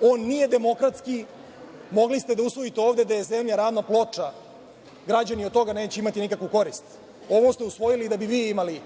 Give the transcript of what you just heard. on nije demokratski. Mogli ste da usvojite ovde da je zemlja ravna ploča, građani od toga neće imati nikakvu korist, ovo ste usvojili da bi vi imali